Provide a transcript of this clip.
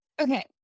Okay